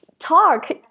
Talk